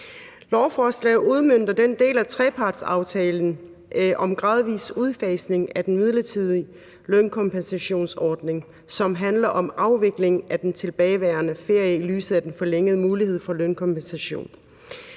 Lovforslaget udmønter den del af trepartsaftalen om gradvis udfasning af den midlertidige lønkompensationsordning, som handler om afvikling af den tilbageværende ferie i lyset af den forlængede mulighed for lønkompensation.